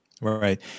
Right